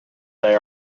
they